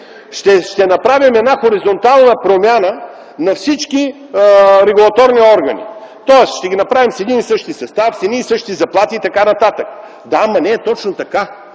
ще направим една хоризонтална промяна на всички регулаторни органи. Тоест ще ги направим с един и същи състав, с едни и същи заплати и така нататък. КРАСИМИР ВЕЛЧЕВ